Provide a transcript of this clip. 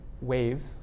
waves